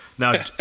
Now